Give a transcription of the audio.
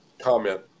comment